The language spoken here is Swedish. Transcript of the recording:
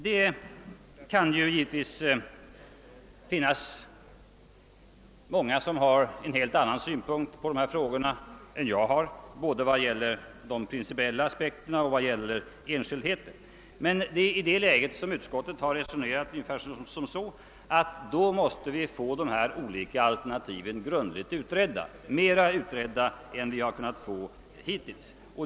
Det kan givetvis finnas många som har en helt annan syn på dessa frågor än jag har både vad gäller de principiella aspekterna och vad beträffar enskildheter. Men i det läget har utskottet resonerat ungefär så, att då måste vi få de olika alternativen grundligt utredda, mera utredda än vi har kunnat få hittills.